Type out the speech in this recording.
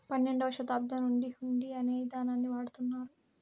పన్నెండవ శతాబ్దం నుండి హుండీ అనే ఇదానాన్ని వాడుతున్నారు